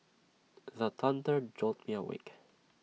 the thunder jolt me awake